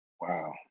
Wow